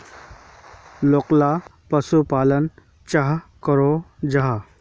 लोकला पशुपालन चाँ करो जाहा?